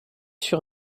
sur